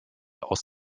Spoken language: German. aus